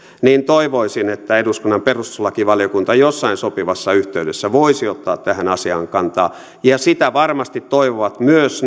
niin toivoisin että eduskunnan perustuslakivaliokunta jossain sopivassa yhteydessä voisi ottaa tähän asiaan kantaa ja sitä varmasti toivovat myös